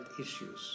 issues